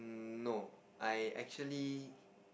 no I actually